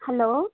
hello